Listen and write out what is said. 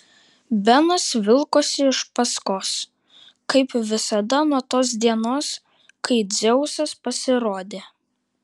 benas vilkosi iš paskos kaip visada nuo tos dienos kai dzeusas pasirodė